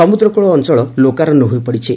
ସମୁଦ୍ରକୁଳ ଅଞ୍ଚଳ ଲୋକାରଣ୍ୟ ହୋଇପଡିଛି